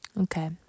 Okay